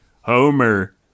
Homer